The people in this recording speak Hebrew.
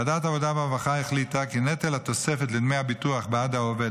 ועדת עבודה והרווחה החליטה כי נטל התוספת לדמי הביטוח בעד העובד,